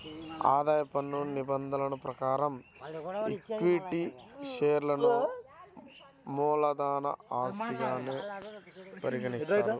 ఆదాయ పన్ను నిబంధనల ప్రకారం ఈక్విటీ షేర్లను మూలధన ఆస్తిగానే పరిగణిస్తారు